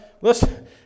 listen